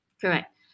Correct